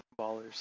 Ballers